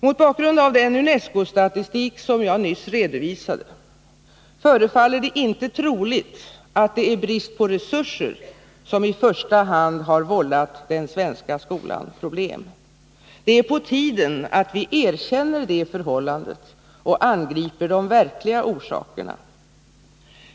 Mot bakgrund av den UNESCO-statistik som jag nyss redovisade förefaller det inte troligt att det är brist på resurser som i första hand har vållat den svenska skolan problem. Det är på tiden att vi erkänner det förhållandet och angriper de verkliga orsakerna.